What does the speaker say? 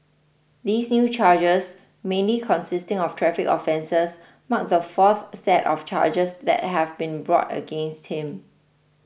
these new charges mainly consisting of traffic offences mark the fourth set of charges that have been brought against him